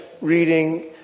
reading